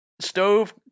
Stove